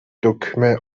دکمه